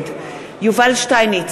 נגד יובל שטייניץ,